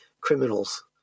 criminals